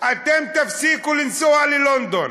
אתם תפסיקו לנסוע ללונדון.